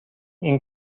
این